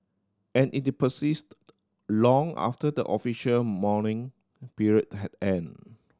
and it persisted long after the official mourning period had ended